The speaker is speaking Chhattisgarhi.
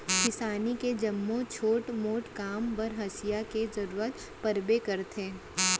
किसानी के जम्मो छोट मोट काम बर हँसिया के जरूरत परबे करथे